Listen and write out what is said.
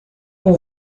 com